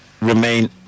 Remain